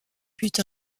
but